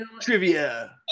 Trivia